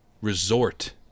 resort